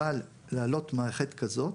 אבל להעלות מערכת כזאת,